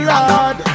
Lord